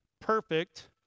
perfect